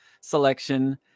selection